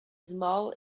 small